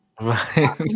right